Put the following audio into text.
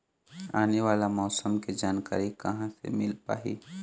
आने वाला मौसम के जानकारी कहां से मिल पाही?